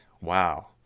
Wow